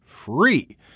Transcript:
free